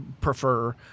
prefer